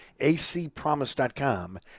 ACPromise.com